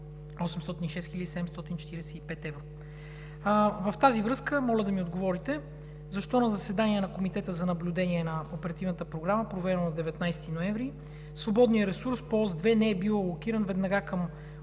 хил. 745 евро. В тази връзка, моля да ми отговорите: защо на заседание на Комитета за наблюдение на Оперативната програма, проведено на 19 ноември тази година, свободния ресурс по Ос 2 не е бил локиран веднага към